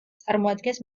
წარმოადგენს